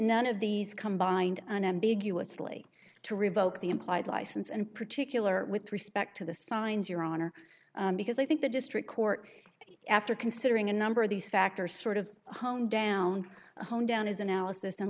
none of these combined unambiguously to revoke the implied license and particular with respect to the signs your honor because i think the district court after considering a number of these factors sort of hone down hone down his analysis and